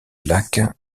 lac